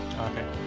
Okay